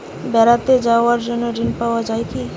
বেড়াতে যাওয়ার জন্য ঋণ পাওয়া যায় কি?